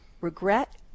regret